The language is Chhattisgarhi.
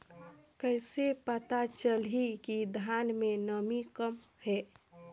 कइसे पता चलही कि धान मे नमी कम हे?